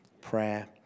prayer